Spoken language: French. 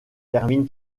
termine